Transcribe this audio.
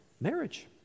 marriage